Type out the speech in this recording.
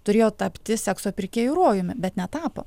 turėjo tapti sekso pirkėjų rojumi bet netapo